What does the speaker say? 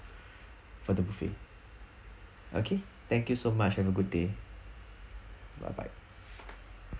for the buffet okay thank you so much have a good day bye bye